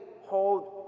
hold